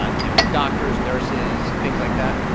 ah you know, doctors, nurses, things like that?